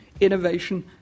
innovation